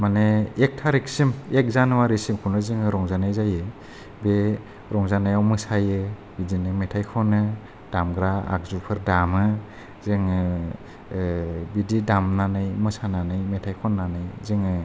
माने एक थारिकसिम एख जानुवारिसिमखौनो जोङो रंजानाय जायो बे रंजानायआव मोसायो बिदिनो मेथाय खनो दामग्रा आगजुफोर दामो जोङो बिदि दामनानै मोसानानै मेथाय खननानै जोङो